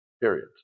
period